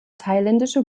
thailändische